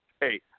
Hey